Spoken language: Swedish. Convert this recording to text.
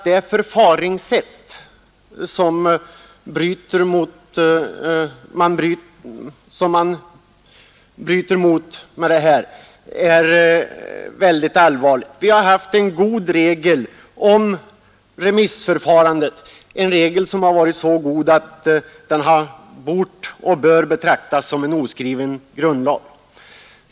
Det förfaringssätt som man tillämpat är allvarligt. Vi har i remissförfarandet haft en regel som bör betraktas som så gott som en oskriven grundlag.